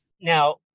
now